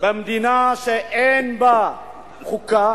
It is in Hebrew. במדינה שאין בה חוקה,